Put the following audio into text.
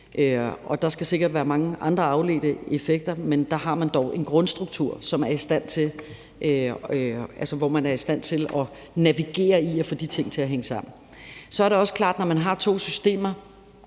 og der skal sikkert være mange andre afledte effekter, men der har man dog en grundstruktur, hvor man er i stand til at navigere i at få de ting til at hænge sammen. Så er det også klart, at når man har to systemer,